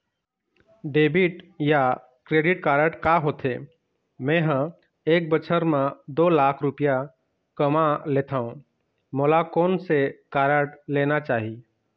Debit या credit card का होथे, मे ह एक बछर म दो लाख रुपया कमा लेथव मोला कोन से कारड लेना चाही?